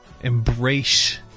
embrace